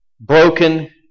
broken